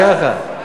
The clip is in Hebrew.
אה, ככה.